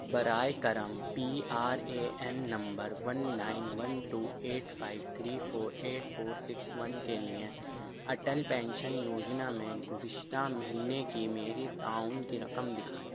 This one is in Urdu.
براہ کرم P R A N number one nine one two eight five three four eight four six one کے لیے اٹل پینشن یوجنا میں گزشتہ مہینے کی میری تعاون کی رقم دکھائیں